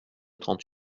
trente